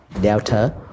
Delta